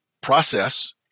process